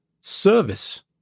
service